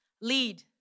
lead